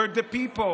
where the people,